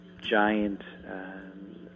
giant